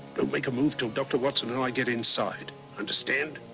make a move till dr. watson and i get inside. understand?